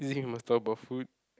is it must talk about food